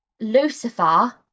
Lucifer